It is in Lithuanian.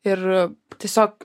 ir tiesiog